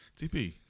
TP